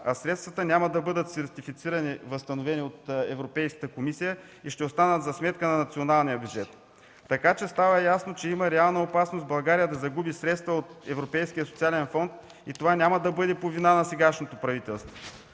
а средствата няма да бъдат сертифицирани, възстановени от Европейската комисия и ще останат за сметка на националния бюджет. Става ясно, че има реална опасност България да загуби средства от Европейския социален фонд и това няма да бъде по вина на сегашното правителство.